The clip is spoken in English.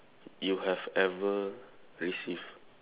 you have ever received